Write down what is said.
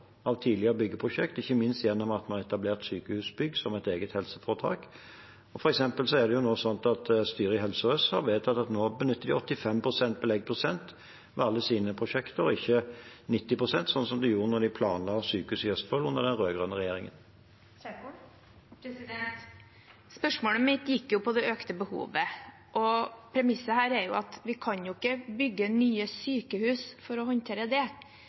av tidligere byggeprosjekt, ikke minst gjennom at vi har etablert Sykehusbygg som et eget helseforetak. For eksempel er det nå sånn at styret i Helse Sør-Øst har vedtatt at de nå benytter 85 pst. beleggsprosent ved alle sine prosjekter og ikke 90 pst., som de gjorde da de planla sykehuset i Østfold, under den rød-grønne regjeringen. Spørsmålet mitt gikk på det økte behovet. Premisset er at vi ikke kan bygge nye sykehus for å håndtere det.